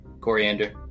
Coriander